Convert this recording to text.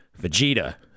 Vegeta